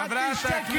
את תשתקי.